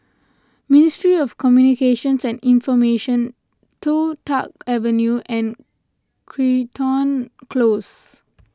Ministry of Communications and Information Toh Tuck Avenue and Crichton Close